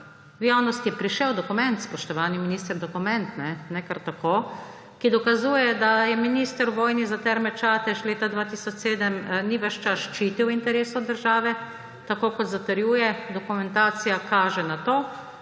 v javnost je prišel dokument, spoštovani minister − dokument, ne kar tako −, ki dokazuje, da je minister v vojni za Terme Čatež leta 2007 ni ves čas ščitil interesov države, tako kot zatrjuje. Dokumentacija kaže na to,